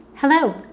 Hello